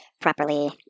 properly